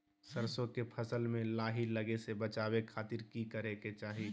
सरसों के फसल में लाही लगे से बचावे खातिर की करे के चाही?